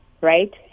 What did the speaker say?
right